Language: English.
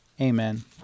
Amen